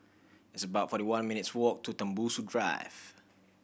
it's about forty one minutes' walk to Tembusu Drive